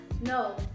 no